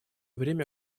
время